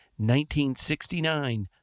1969